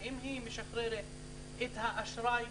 האם היא משחררת את האשראי,